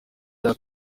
cya